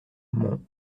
mon